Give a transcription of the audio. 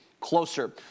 Closer